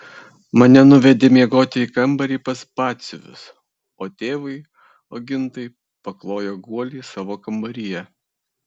mane nuvedė miegoti į kambarį pas batsiuvius o tėvui ogintai paklojo guolį savo kambaryje